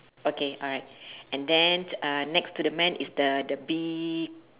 okay alright and then uh next to the man is the the bee